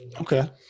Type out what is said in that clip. Okay